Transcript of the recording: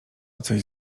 coś